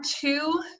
two